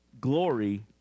Glory